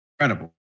incredible